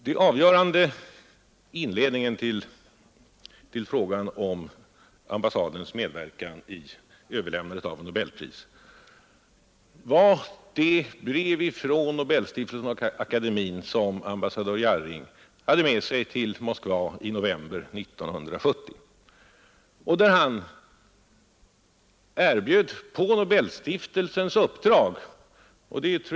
Den avgörande inledningen till frågan om ambassadens medverkan vid överlämnandet av nobelpriset var det brev från Nobelstiftelsen och Svenska akademien som ambassadör Jarring hade med sig till Moskva i november 1970, där han på Nobelstiftelsens uppdrag framförde ett erbjudande om överlämnande av priset.